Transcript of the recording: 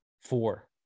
four